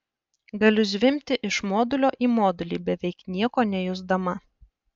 galiu zvimbti iš modulio į modulį beveik nieko nejusdama